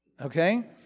okay